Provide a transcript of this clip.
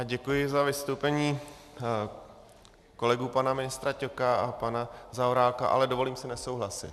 Děkuji za vystoupení kolegů pana ministra Ťoka a pana Zaorálka, ale dovolím si nesouhlasit.